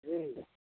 जी